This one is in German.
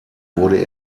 wurde